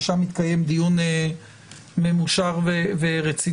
ושם התקיים דיון ממושך ורציני.